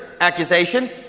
accusation